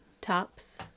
tops